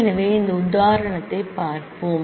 எனவே இந்த உதாரணத்தைப் பார்ப்போம்